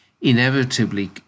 inevitably